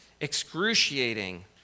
excruciating